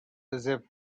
egypt